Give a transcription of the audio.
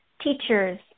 teachers